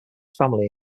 family